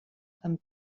amb